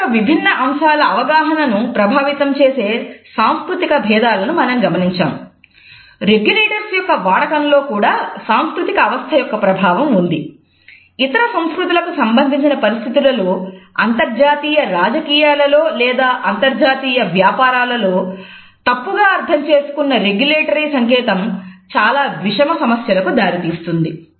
kinesics సంకేతం చాలా విషమ సమస్యలకు దారి తీస్తుంది